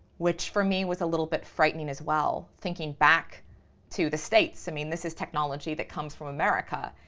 which for me was a little bit frightening as well. thinking back to the states, i mean this is technology that comes from america.